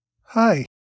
Hi